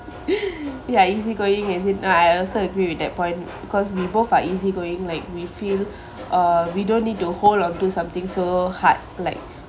ya easy going as in no I also agree with that point because we both are easy going like we feel uh we don't need to hold onto something so hard like